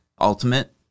ultimate